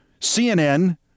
CNN